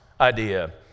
idea